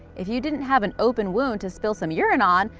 if you didn't have an open wound to spill some urine on,